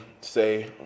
say